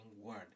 word